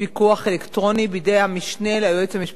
פיקוח אלקטרוני בידי המשנה ליועץ המשפטי